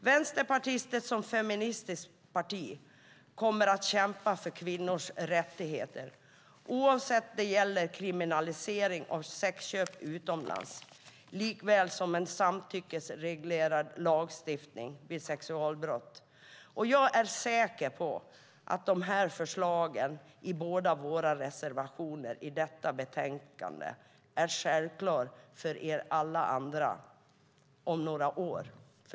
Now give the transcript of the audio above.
Vänsterpartiet som feministiskt parti kommer att kämpa för kvinnors rättigheter, oavsett om det gäller kriminalisering av sexköp utomlands eller samtyckesreglerad lagstiftning vid sexualbrott. Och jag är säker på att förslagen i båda våra reservationer i detta betänkande är självklara för alla er andra om några år.